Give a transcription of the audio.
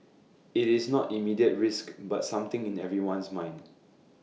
IT is not immediate risk but something in everyone's mind